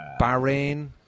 Bahrain